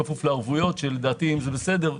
כפוף לערבויות שאם זה בסדר,